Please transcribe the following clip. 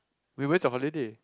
wait when's your holiday